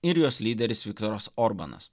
ir jos lyderis viktoras orbanas